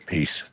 Peace